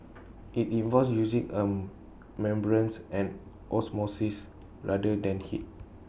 IT involves using A membranes and osmosis rather than heat